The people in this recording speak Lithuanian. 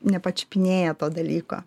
nepačiupinėję to dalyko